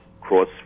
cross